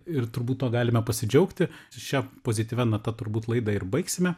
ir turbūt tuo galime pasidžiaugti šia pozityvia nata turbūt laidą ir baigsime